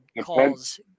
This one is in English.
calls